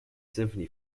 symphony